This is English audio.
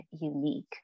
unique